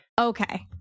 Okay